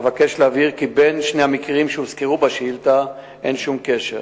אבקש להבהיר כי בין שני המקרים שהוזכרו בשאילתא אין שום קשר.